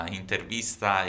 intervista